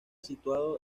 situado